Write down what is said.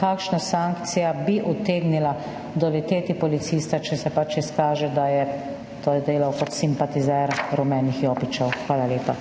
Kakšna sankcija bi utegnila doleteti policista, če se pač izkaže, da je to delal kot simpatizer rumenih jopičev? Hvala lepa.